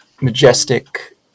majestic